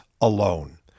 alone